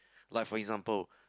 like for example